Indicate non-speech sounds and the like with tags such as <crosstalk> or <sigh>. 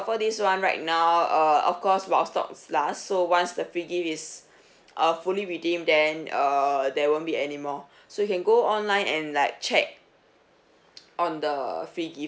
offer this one right now uh of course while stocks last so once the gift is <breath> uh fully redeemed then err there won't be any more <breath> so you can go online and like check <noise> on the free gift